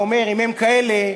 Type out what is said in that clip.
ואומר: אם הם כאלה,